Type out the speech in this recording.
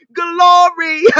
glory